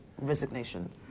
resignation